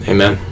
Amen